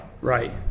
Right